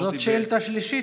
זאת שאילתה שלישית,